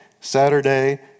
Saturday